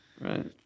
Right